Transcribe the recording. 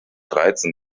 reizen